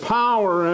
power